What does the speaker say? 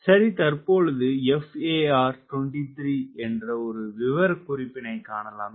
சரி தற்பொழுது FAR 23 என்ற ஒரு விவரக்குறிப்பினைக் காணலாம்